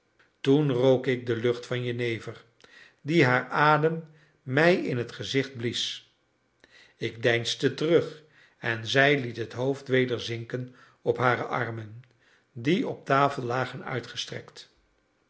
toen rook ik de lucht van jenever die haar adem mij in t gezicht blies ik deinsde terug en zij liet het hoofd weder zinken op hare armen die op tafel lagen uitgestrekt